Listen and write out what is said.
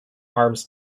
arms